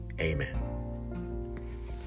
Amen